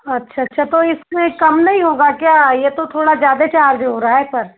अच्छा अच्छा तो इसमे कम नहीं होगा क्या ये तो थोड़ा ज्यादे चार्ज हो रहा है सर